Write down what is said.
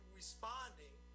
responding